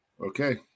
Okay